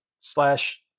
slash